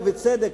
ובצדק,